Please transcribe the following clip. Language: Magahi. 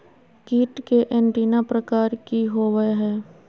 कीट के एंटीना प्रकार कि होवय हैय?